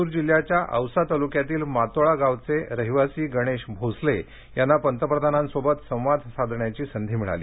लातूर जिल्ह्याच्या औसा तालुक्यातील मातोळा गावचे रहिवासी गणेश भोसले यांना पंतप्रधानांशी संवाद साधण्याची संधी मिळाली